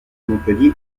montpellier